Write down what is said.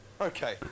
Okay